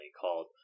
called